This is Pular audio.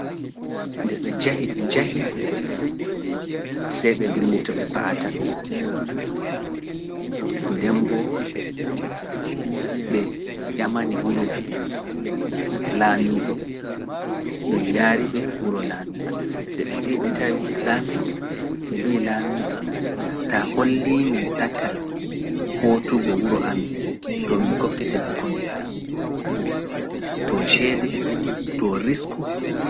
Nde ɓe njahi ɓe njahi seeɓe dulli to ɓe paata ndemboo ɓe ƴamani wuro laamiiɗo ɗum yaari ɓe wuro laamiiɗo nde ɓe njahi ɓe tawi laamiiɗo ɓe mbi laamiiɗo taa holli min ɗatal hootugo wuro amin min kokkete fuu ko njiɗa, to ceede, to risku.